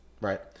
Right